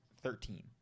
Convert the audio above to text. Thirteen